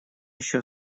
еще